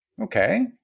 okay